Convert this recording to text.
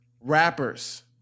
rappers